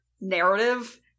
narrative